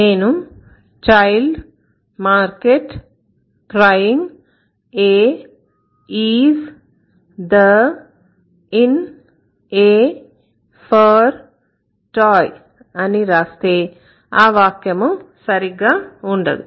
నేను child market crying a is the in a for toy అని రాస్తే ఆ వాక్యము సరిగా ఉండదు